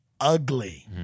Ugly